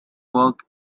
work